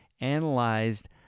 analyzed